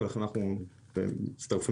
מכיוון שהיא אכן הגדרת